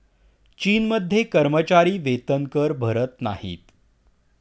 चीनमध्ये कर्मचारी वेतनकर भरत नाहीत